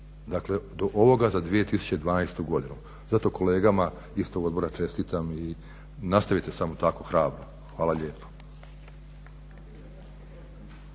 Dakle, do ovoga za 2012. godinu. Zato kolegama iz tog Odbora čestitam i nastavite samo tako hrabro. Hvala lijepo.